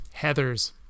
Heathers